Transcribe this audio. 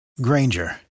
Granger